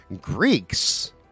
Greeks